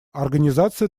организация